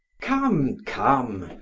come, come,